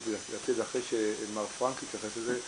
אחרי שמר פראנק יתייחס לזה,